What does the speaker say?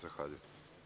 Zahvaljujem.